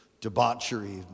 debauchery